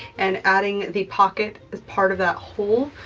and adding the pocket as part of that hole,